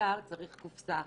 שסיגר צריך קופסא אחרת